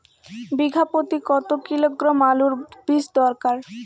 বিঘা প্রতি কত কিলোগ্রাম আলুর বীজ দরকার?